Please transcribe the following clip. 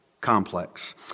complex